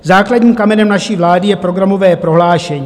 Základním kamenem naší vlády je programové prohlášení.